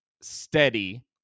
steady